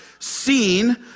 seen